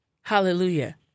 hallelujah